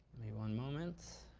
me one moment.